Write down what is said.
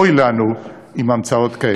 אוי לנו עם המצאות כאלה.